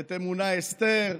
את אמונה אסתר,